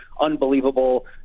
unbelievable